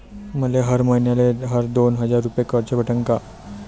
मले हर मईन्याले हर दोन हजार रुपये कर्ज भेटन का?